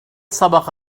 سبق